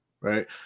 right